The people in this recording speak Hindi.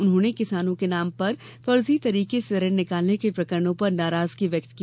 उन्होंने किसानों के नाम पर फर्जी तरीके से ऋण निकालने के प्रकरणों पर नाराजी व्यक्त की